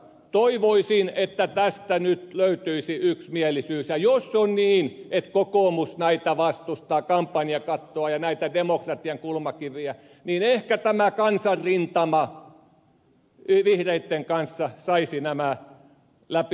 toivoisin että tästä nyt löytyisi yksimielisyys ja jos on niin että kokoomus vastustaa kampanjakattoa ja näitä demokratian kulmakiviä niin ehkä tämä kansanrintama vihreitten kanssa saisi nämä läpi ajetuksi